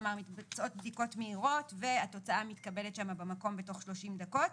כלומר מתבצעות בדיקות מהירות והתוצאה מתקבלת שם במקום בתוך 30 דקות.